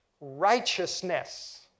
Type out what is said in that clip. righteousness